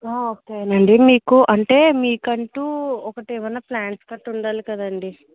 ఒకేనండి మీకు అంటే మీకంటూ ఒకటేమన్నా ప్లాన్స్ గట్రా ఉండాలి కదండి